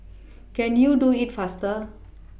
can you do it faster